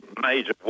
major